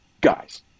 guys